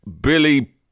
Billy